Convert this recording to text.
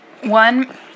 One